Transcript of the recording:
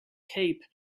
cape